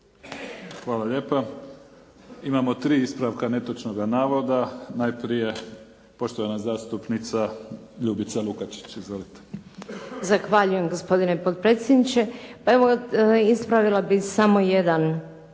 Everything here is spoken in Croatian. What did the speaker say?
Hvala lijepa. Imamo tri ispravka netočnoga navoda. Najprije poštovana zastupnica Ljubica Lukačić. Izvolite. **Lukačić, Ljubica (HDZ)** Zahvaljujem gospodine potpredsjedniče. Pa evo ispravila bih samo jedan